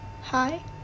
Hi